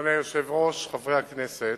אדוני היושב-ראש, חברי הכנסת,